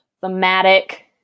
thematic